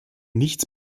nichts